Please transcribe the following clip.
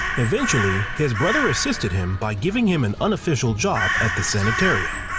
eventually, his brother assisted him by giving him an unofficial job at the sanitarium.